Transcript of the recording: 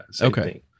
Okay